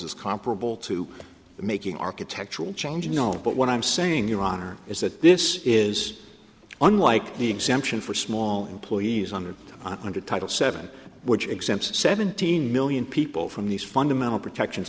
is comparable to making architectural change you know but what i'm saying your honor is that this is unlike the exemption for small employees under under title seven which exempts seventeen million people from these fundamental protections